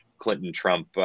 Clinton-Trump